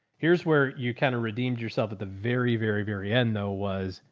here's where you kind of redeemed yourself at the very, very, very end though was,